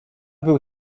był